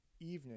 evening